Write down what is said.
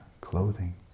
clothing